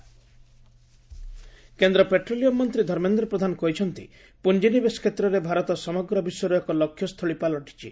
ପ୍ରଧାନ୍ ICSI କେନ୍ଦ୍ର petroleum ମନ୍ତ୍ରୀ ଧର୍ମେନ୍ଦ୍ର ପ୍ରଧାନ କହିଛନ୍ତି ପ୍ରଞ୍ଜିନିବେଶ କ୍ଷେତ୍ରରେ ଭାରତ ସମଗ୍ର ବିଶ୍ୱର ଏକ ଲକ୍ଷ୍ୟସ୍ଥଳୀ ପାଲଟିଛି